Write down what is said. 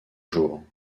jours